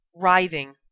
writhing